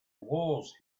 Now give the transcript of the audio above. wars